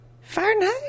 Fahrenheit